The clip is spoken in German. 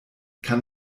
kann